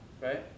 right